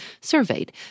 surveyed